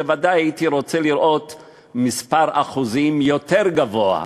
בוודאי הייתי רוצה לראות אחוז יותר גבוה,